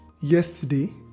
yesterday